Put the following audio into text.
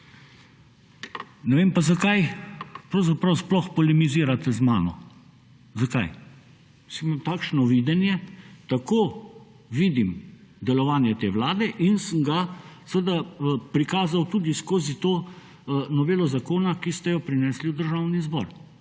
Ne vem pa, zakaj pravzaprav sploh polemizirate z mano, zakaj. Saj imam takšno videnje, tako vidim delovanje te vlade, in sem ga seveda prikazal tudi skozi to novelo zakona, ki ste jo prinesli v Državni zbor.